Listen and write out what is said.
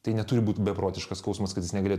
tai neturi būt beprotiškas skausmas kad jis negalėtų